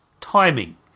Timing